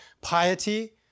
piety